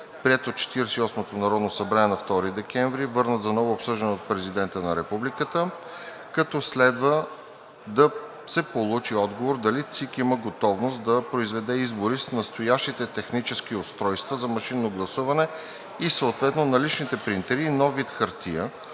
и осмото народно събрание на 2 декември, върнат за ново обсъждане от президента на Републиката, като следва да се получи отговор дали ЦИК има готовност да произведе избори с настоящите технически устройства за машинно гласуване и съответно наличните принтери и нов вид хартия,